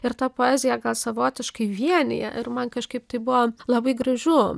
ir ta poezija gal savotiškai vienija ir man kažkaip tai buvo labai gražu